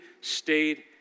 stayed